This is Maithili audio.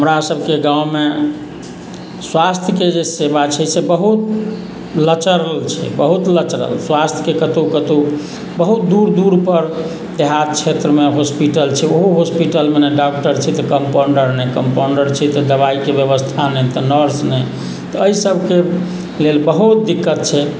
हमरासभके गाँवमे स्वास्थ्यके जे सेवा छै से बहुत लचरल छै बहुत लचरल स्वास्थ्यके कतहु कतहु बहुत दूर दूर पर देहात क्षेत्रमे हॉस्पिटल छै ओहो हॉस्पिटलमे ने डॉक्टर छै तऽ कम्पाउण्डर नहि कम्पाउण्डर छै तऽ दवाइके व्यवस्था नहि तऽ नर्स नहि तऽ एहि सभके लेल बहुत दिक्कत छै